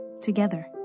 Together